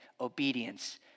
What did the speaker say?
obedience